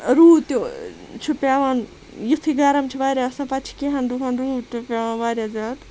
روٗد تہِ چھُ پیٚوان یُتھے گَرَم چھُ واریاہ آسان پَتہ چھِ کینٛہَن دۄہَن روٗد تہِ پیٚوان واریاہ زیادٕ